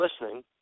listening